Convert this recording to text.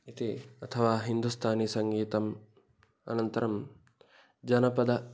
इति अथवा हिन्दुस्तानि सङ्गीतम् अनन्तरं जानपदम्